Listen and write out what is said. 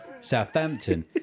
Southampton